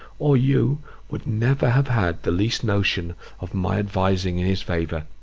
or you would never have had the least notion of my advising in his favour.